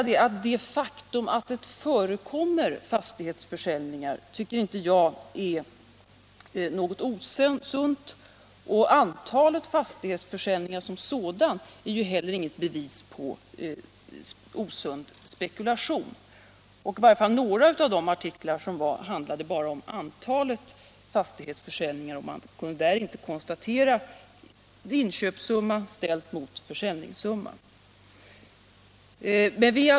Det faktum att det förekommer fastighetsförsäljningar tycker inte jag är något osunt, och antalet fastighetsförsäljningar som sådant är heller inget bevis på osund spekulation. I varje fall några av artiklarna i fråga handlade bara om antalet fastighetsförsäljningar, men man kunde inte lämna uppgift om köpesumma i förhållande till försäljningssumma.